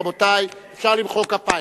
רבותי, אפשר למחוא כפיים.